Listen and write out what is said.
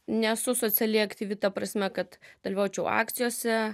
nesu socialiai aktyvi ta prasme kad dalyvaučiau akcijose